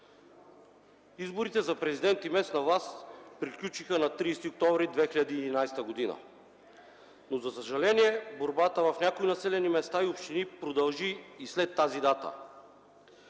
Изборите за президент и местна власт приключиха на 30 октомври 2011 г., но за съжаление борбата в някои населени места и общини продължи и след тази дата,